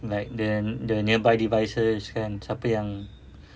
like the the nearby devices kan siapa yang